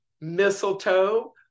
mistletoe